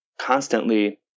constantly